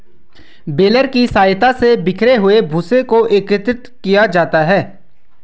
baler की सहायता से बिखरे हुए भूसे को एकत्रित किया जाता है